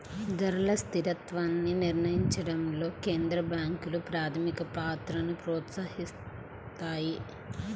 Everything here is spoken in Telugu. ధరల స్థిరత్వాన్ని నిర్వహించడంలో కేంద్ర బ్యాంకులు ప్రాథమిక పాత్రని పోషిత్తాయి